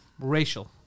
Racial